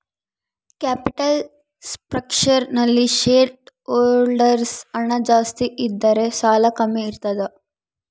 capital structure ನಲ್ಲಿ shareholders ಹಣ ಜಾಸ್ತಿ ಇದ್ದರೆ ಸಾಲ ಕಮ್ಮಿ ಇರ್ತದ